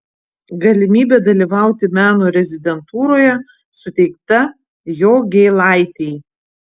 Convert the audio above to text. galimybė dalyvauti meno rezidentūroje suteikta jogėlaitei